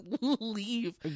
leave